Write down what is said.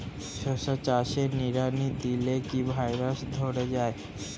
শশা চাষে নিড়ানি দিলে কি ভাইরাস ধরে যায়?